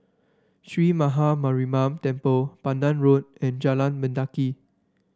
Sree Maha Mariamman Temple Pandan Road and Jalan Mendaki